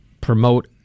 promote